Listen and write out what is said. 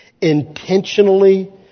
intentionally